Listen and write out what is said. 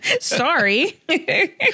Sorry